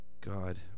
God